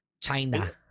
China